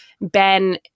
Ben